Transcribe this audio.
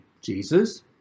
Jesus